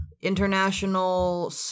International